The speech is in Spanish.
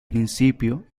principio